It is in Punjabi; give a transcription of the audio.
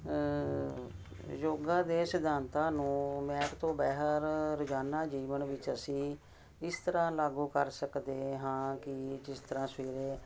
ਯੋਗਾ ਦੇ ਸਿਧਾਂਤਾਂ ਨੂੰ ਮਹਿਕ ਤੋਂ ਬਾਹਰ ਰੋਜ਼ਾਨਾ ਜੀਵਨ ਵਿੱਚ ਅਸੀਂ ਇਸ ਤਰ੍ਹਾਂ ਲਾਗੂ ਕਰ ਸਕਦੇ ਹਾਂ ਕਿ ਜਿਸ ਤਰ੍ਹਾਂ ਸਵੇਰੇ